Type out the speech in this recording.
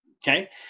Okay